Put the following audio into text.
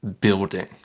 building